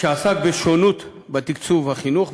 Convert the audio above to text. על שונות בתקצוב בחינוך,